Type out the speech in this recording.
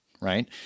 right